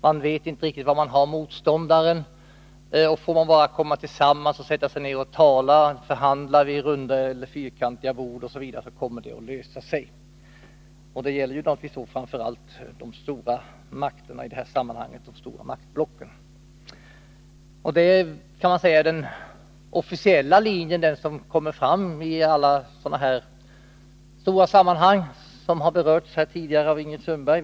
Man vet inte riktigt var man har motståndaren, men får man bara komma tillsammans och sätta sig ner och förhandla vid runda bord eller fyrkantiga, så kommer det att lösa sig. Det gäller då framför allt de stora maktblocken. Detta är, kan man säga, den officiella linjen, den som kommer fram i alla sådana stora nedrustningssammanhang som har berörts av Ingrid Sundberg.